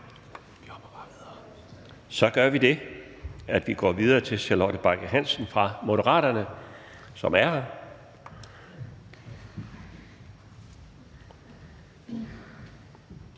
Så gør vi det, at vi går videre til fru Charlotte Bagge Hansen fra Moderaterne, som er her.